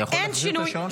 אני יכול להחזיר את השעון?